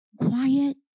quiet